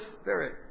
spirit